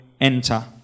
enter